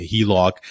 HELOC